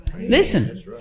Listen